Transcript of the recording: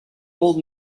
old